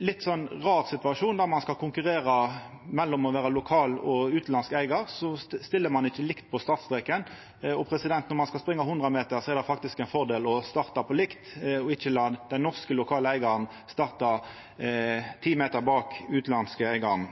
litt rar situasjon, for om ein lokal og utanlandsk eigar skal konkurrera, stiller ein ikkje likt på startstreken. Når ein skal springa hundre meter, er det faktisk ein fordel å starta på likt – ikkje la den norske, lokale eigaren starta ti meter bak